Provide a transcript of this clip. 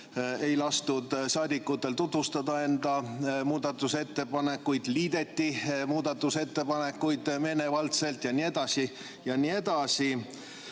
ei lastud saadikutel tutvustada oma muudatusettepanekuid, liideti muudatusettepanekuid meelevaldselt jne,